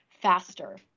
faster